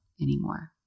anymore